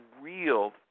real